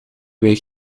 week